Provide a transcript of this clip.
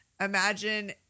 Imagine